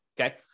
okay